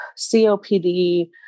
COPD